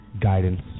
guidance